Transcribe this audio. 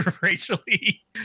racially